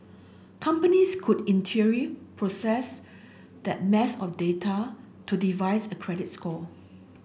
companies could in theory process that mass on data to devise a credit score